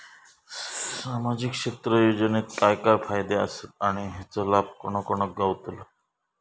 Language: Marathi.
सामजिक क्षेत्र योजनेत काय काय फायदे आसत आणि हेचो लाभ कोणा कोणाक गावतलो?